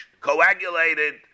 coagulated